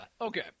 okay